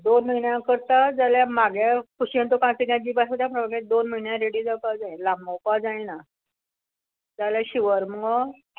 दोन म्हयन्या करता जाल्या म्हागे खुशेन तुका हांव किदेंय दिवपा सुदां दोन म्हयन्या रेडी जावपा जाय लांबोवपा जायना जाल्या शुवर मुगो